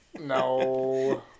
No